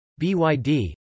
BYD